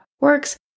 works